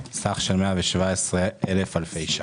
סך של 117,000 אלפי שקלים.